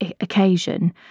occasion